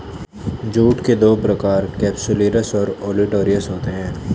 jute के दो प्रकार केपसुलरिस और ओलिटोरियस होते हैं